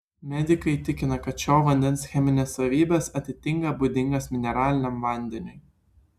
medikai tikina kad šio vandens cheminės savybės atitinka būdingas mineraliniam vandeniui